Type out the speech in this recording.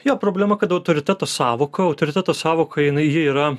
jo problema kad autoriteto sąvoka autoriteto sąvoka jinai ji yra